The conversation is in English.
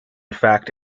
fact